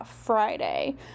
Friday